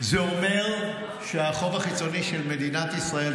זה אומר שהחוב החיצוני של מדינת ישראל,